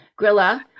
Grilla